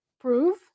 prove